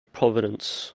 providence